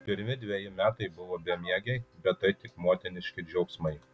pirmi dveji metai buvo bemiegiai bet tai tik motiniški džiaugsmai